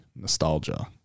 Nostalgia